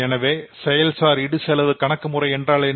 எனவே செயல்சார் இடுசெலவு கணக்கு முறை என்றால் என்ன